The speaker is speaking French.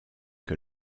que